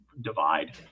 divide